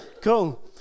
Cool